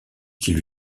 qu’il